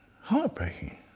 heartbreaking